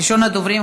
ראשון הדוברים,